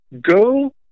go